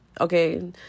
okay